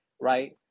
right